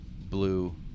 blue